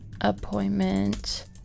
appointment